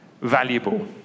valuable